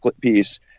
piece